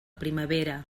primavera